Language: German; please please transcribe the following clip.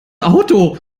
auto